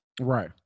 right